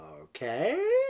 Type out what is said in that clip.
Okay